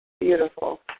beautiful